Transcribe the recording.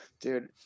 dude